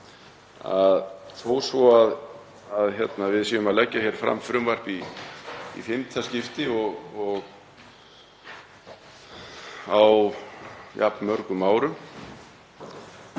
Þó svo að við séum að leggja hér fram frumvarp í fimmta skipti á jafn mörgum árum